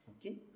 Okay